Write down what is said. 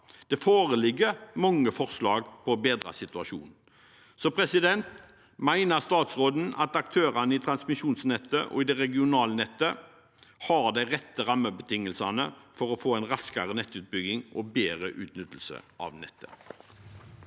Det foreligger mange forslag for å bedre situasjonen. Mener statsråden at aktørene i transmisjonsnettet og i regionalnettet har de rette rammebetingelsene for å få en raskere nettutbygging og bedre utnyttelse av nettet?